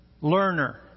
learner